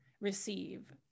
receive